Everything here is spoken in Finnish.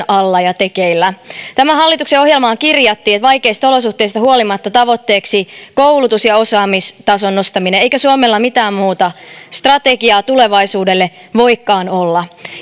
alla ja tekeillä tämän hallituksen ohjelmaan kirjattiin vaikeista olosuhteista huolimatta tavoitteeksi koulutus ja osaamistason nostaminen eikä suomella mitään muuta strategiaa tulevaisuudelle voikaan olla